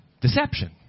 Deception